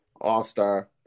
All-Star